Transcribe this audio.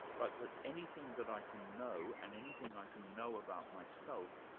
but that anything that i can know, and anything i can know about myself,